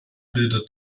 bildet